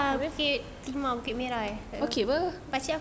um bukit timah bukit merah eh pakcik aku